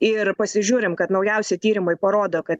ir pasižiūrim kad naujausi tyrimai parodo kad